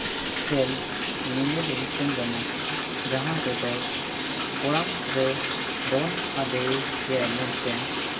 ᱠᱷᱮᱞ ᱧᱮᱧᱮᱞᱤᱧ ᱥᱮᱱ ᱞᱮᱱᱟ ᱡᱟᱦᱟᱸ ᱨᱮᱫᱚ ᱠᱚᱲᱟᱢ ᱨᱮᱭ ᱫᱚᱱ ᱟᱫᱮᱭᱟᱭ ᱢᱮᱱᱛᱮᱱ